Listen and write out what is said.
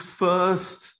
first